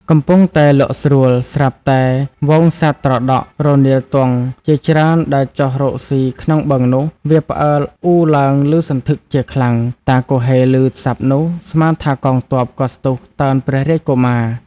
កំពុងតែលក់ស្រួល ស្រាប់តែហ្វូងសត្វត្រដក់ រនៀលទង់ ជាច្រើនដែលចុះរកស៊ីក្នុងបឹងនោះ វាផ្អើលអ៊ូរឡើងឭសន្ធឹកជាខ្លាំង តាគហ៊េឮសព្ទនោះ ស្មានថាកងទ័ព ក៏ស្ទុះតើនព្រះរាជកុមារ។